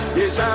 yes